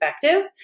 effective